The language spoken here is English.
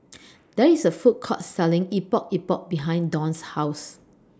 There IS A Food Court Selling Epok Epok behind Dawn's House